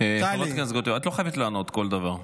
חברת הכנסת גוטליב, את לא חייבת לענות על כל דבר.